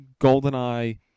GoldenEye